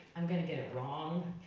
i'm gonna get it wrong,